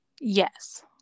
Yes